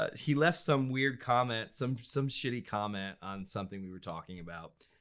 ah he left some weird comment, some some shitty comment on something we were talking about.